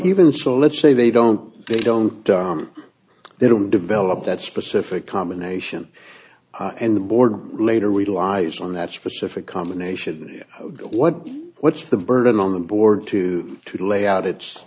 even so let's say they don't they don't they don't develop that specific combination and the board later we lived on that specific combination of what what's the burden on the board to to lay out it's